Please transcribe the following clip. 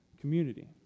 community